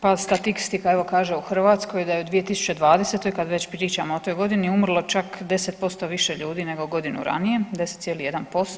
Pa statistika evo kaže u Hrvatskoj da je u 2020. godini kad već pričamo o toj godini umrlo čak 10% više ljudi nego godinu ranije, 10,1%